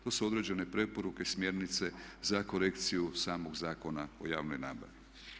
To su određene preporuke, smjernice za korekciju samog Zakona o javnoj nabavi.